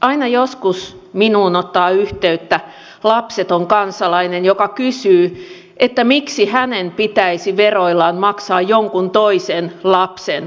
aina joskus minuun ottaa yhteyttä lapseton kansalainen joka kysyy miksi hänen pitäisi veroillaan maksaa jonkun toisen lapsen hoivasta